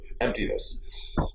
emptiness